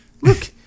Look